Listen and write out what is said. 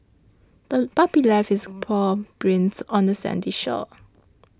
the puppy left its paw prints on the sandy shore